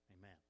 amen